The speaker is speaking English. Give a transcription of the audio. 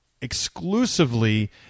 exclusively